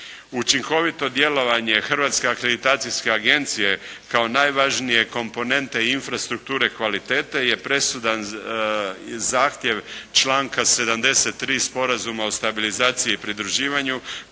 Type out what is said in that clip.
Učinkovito djelovanje Hrvatske akreditacijske agencije kao najvažnije komponente i infrastrukture kvalitete je presudan zahtjev članka 73. Sporazuma o stabilizaciji i pridruživanju